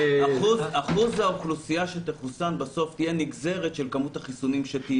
אחוז האוכלוסייה שבסוף תחוסן יהיה נגזרת של כמות החיסונים שתהיה.